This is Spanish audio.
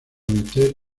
vencer